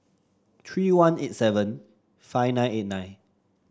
three one eight seven five nine eight nine